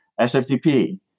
SFTP